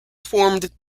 formed